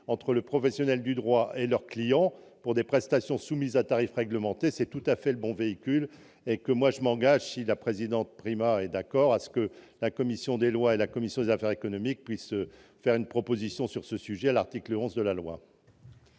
entre les professionnels du droit et leurs clients pour des prestations soumises à tarif réglementé. C'est tout à fait le bon véhicule. Aussi, je m'engage, si Mme la présidente Primas en est d'accord, à ce que la commission des lois et la commission des affaires économiques fassent une proposition sur ce sujet à l'article 11 de ce